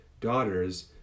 daughters